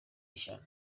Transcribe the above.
ishyano